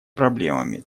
проблемами